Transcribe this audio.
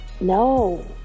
no